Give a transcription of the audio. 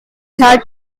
had